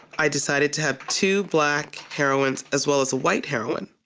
i decided to have two black heroines as well as a white heroine,